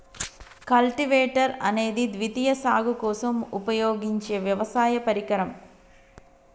cultivator అనేది ద్వితీయ సాగు కోసం ఉపయోగించే వ్యవసాయ పరికరం